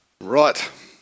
Right